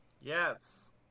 Yes